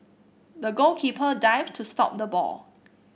the goalkeeper dived to stop the ball